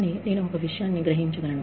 కానీ నేను ఒక విషయాన్ని గ్రహించగలను